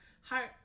heart